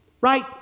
Right